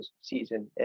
season